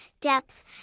depth